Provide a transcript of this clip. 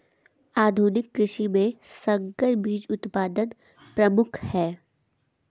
आधुनिक कृषि में संकर बीज उत्पादन प्रमुख है